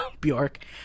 Bjork